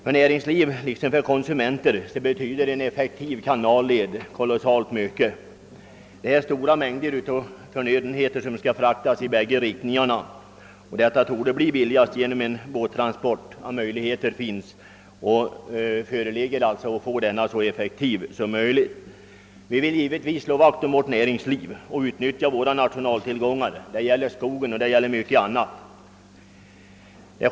För såväl näringsliv som konsumenter betyder en effektiv kanalled synnerli gen mycket. Det är stora mängder förnödenheter som skall fraktas i båda riktningarna, och detta torde bli billigast genom båttransport, om möjligheter föreligger att göra denna så effektiv som möjligt. Vi vill givetvis slå vakt om vårt näringsliv och utnyttja våra naturtillgångar — det gäller skogen och mycket annat.